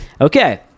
okay